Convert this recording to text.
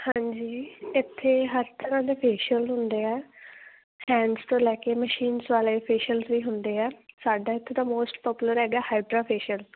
ਹਾਂਜੀ ਇੱਥੇ ਹਰ ਤਰ੍ਹਾਂ ਦੇ ਫੇਸ਼ੀਅਲ ਹੁੰਦੇ ਆ ਹੈਂਡਸ ਤੋਂ ਲੈ ਕੇ ਮਸ਼ੀਨਸ ਵਾਲੇ ਫੇਸ਼ੀਅਲ ਵੀ ਹੁੰਦੇ ਆ ਸਾਡਾ ਇੱਕ ਤਾਂ ਮੋਸਟ ਪਾਪੂਲਰ ਹੈਗਾ ਹਾਈਡਰਾਫੇਸ਼ੀਅਲ